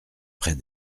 près